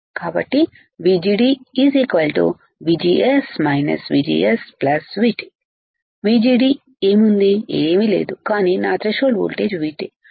కాబట్టి VGD VGS VGS VT VGD ఏమీ ఉంది ఏమిలేదు కానీ నా త్రెషోల్డ్ వోల్టేజ్ VT